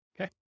Okay